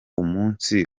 umunsi